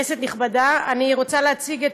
הצעת חוק המועצה להשכלה